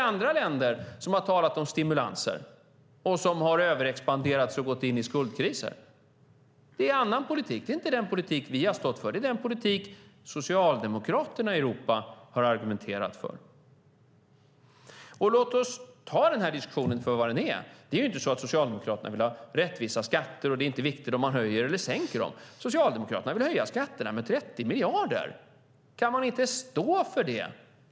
Andra länder har talat om stimulanser, överexpanderats och gått in i skuldkriser. Det är en annan politik. Det är inte den politik vi har stått för; det är den politik socialdemokraterna i Europa har argumenterat för. Låt oss ta denna diskussion för vad den är. Det är inte så att Socialdemokraterna vill ha rättvisa skatter och att det inte är viktigt om man höjer eller sänker dem. Socialdemokraterna vill höja skatterna med 30 miljarder. Kan ni inte stå för det?